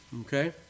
Okay